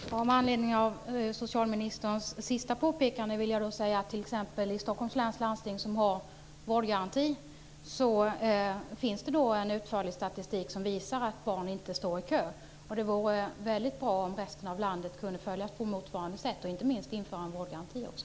Fru talman! Med anledning av socialministerns sista påpekande vill jag säga att t.ex. i Stockholms läns landsting, som har vårdgaranti, finns det en utförlig statistik som visar att barn inte står i kö. Det vore väldigt bra om resten av landet kunde göra på motsvarande sätt, och inte minst införa en vårdgaranti också.